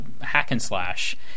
hack-and-slash